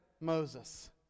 Moses